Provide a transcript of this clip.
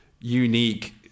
unique